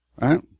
right